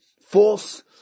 false